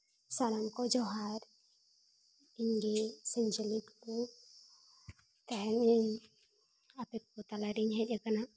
ᱥᱟᱱᱟᱢ ᱠᱚ ᱡᱚᱦᱟᱨ ᱤᱧ ᱜᱮ ᱥᱚᱧᱡᱚᱞᱤ ᱴᱩᱰᱩ ᱛᱮᱦᱮᱧ ᱤᱧ ᱟᱯᱮ ᱠᱚ ᱛᱟᱞᱟ ᱨᱤᱧ ᱦᱮᱡᱽ ᱟᱠᱟᱱᱟ